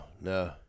no